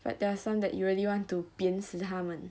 but there are some that you really want to 扁死他们